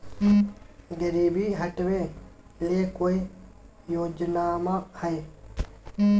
गरीबी हटबे ले कोई योजनामा हय?